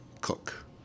cook